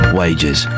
wages